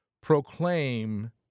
proclaim